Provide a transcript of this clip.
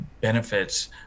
benefits